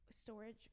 storage